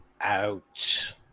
out